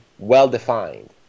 well-defined